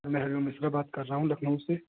sir मैं अयु मिश्रा बात कर रहा हूँ लखनऊ से